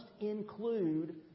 include